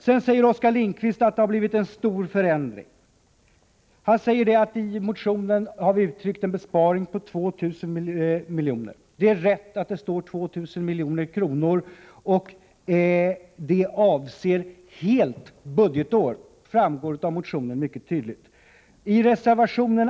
Sedan säger Oskar Lindkvist att det har blivit en stor förändring och att vi i motionen har talat om en besparing på 2 000 milj.kr. Det är rätt att det står 2 000 milj.kr. Det avser helt budgetår. Detta framgår mycket tydligt av motionen.